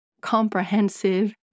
comprehensive